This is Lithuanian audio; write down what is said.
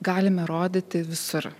galime rodyti visur